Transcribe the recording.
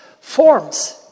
forms